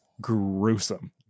gruesome